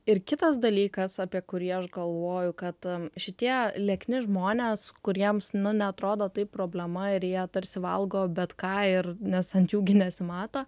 ir kitas dalykas apie kurį aš galvoju kad šitie liekni žmonės kuriems nu neatrodo tai problema ir jie tarsi valgo bet ką ir nes ant jų gi nesimato